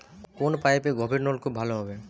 কোন পাইপে গভিরনলকুপ ভালো হবে?